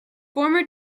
former